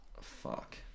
Fuck